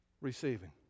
receiving